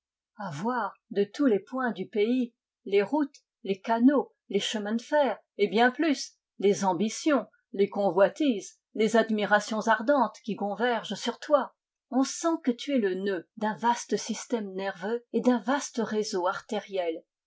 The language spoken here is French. voir de tous les points du pays les routes les canaux les chemins de fer et bien plus les ambitions les convoitises les admirations ardentes qui convergent sur toi on sent que tu es le nœud d'un vaste système nerveux et d'un vaste réseau artériel